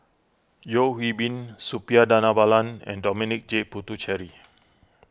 Yeo Hwee Bin Suppiah Dhanabalan and Dominic J Puthucheary